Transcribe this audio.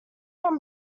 from